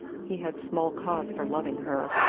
he had small cause for loving her.